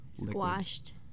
Squashed